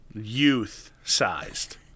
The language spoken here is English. youth-sized